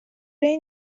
این